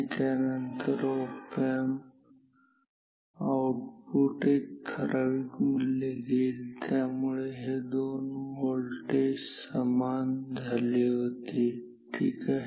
आणि त्यानंतर op amp output एक ठराविक मूल्य घेईल यामुळे हे हे दोन व्होल्टेज समान झाले होते ठीक आहे